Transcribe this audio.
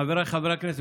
חבריי חברי הכנסת,